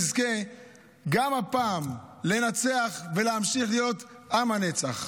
נזכה גם הפעם לנצח ולהמשיך להיות עם הנצח.